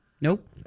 Nope